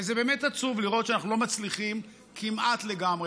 ובאמת עצוב לראות שאנחנו לא מצליחים, כמעט לגמרי.